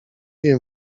wiem